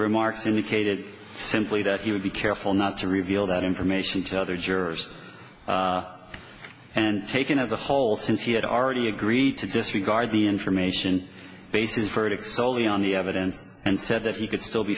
remarks indicated simply that he would be careful not to reveal that information to other jurors and taken as a whole since he had already agreed to disregard the information bases for it soley on the evidence and said that he could still be